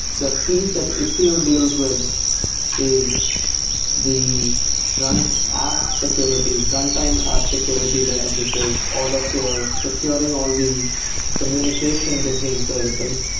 the piece that istio deals with is the run app security, runtime app security layer, which is all of your securing all the communication between services.